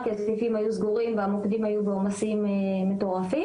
כי הסניפים היו סגורים והמוקדים היו בעומסים מטורפים.